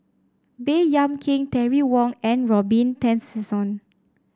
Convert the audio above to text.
Baey Yam Keng Terry Wong and Robin Tessensohn